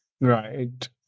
Right